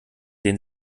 den